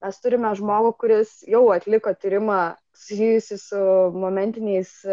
mes turime žmogų kuris jau atliko tyrimą susijusį su momentiniais